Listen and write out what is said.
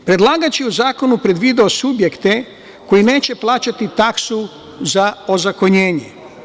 Predlagač je u zakonu predvideo subjekte koji neće plaćati taksu za ozakonjenje.